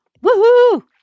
Woohoo